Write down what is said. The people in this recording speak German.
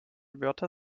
wörter